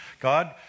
God